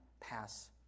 pass